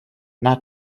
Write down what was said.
not